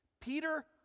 Peter